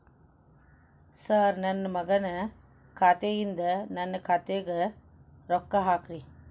sir ನನ್ನ ಮಗನ ಖಾತೆ ಯಿಂದ ನನ್ನ ಖಾತೆಗ ರೊಕ್ಕಾ ಹಾಕ್ರಿ